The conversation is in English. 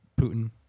Putin